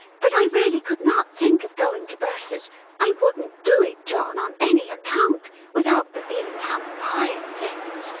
but i really could not think of going to bertha's i wouldn't do it, john, on any account without the veal and ham-pie and things,